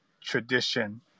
tradition